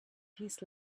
his